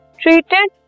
treated